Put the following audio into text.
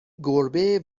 گربه